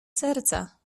serca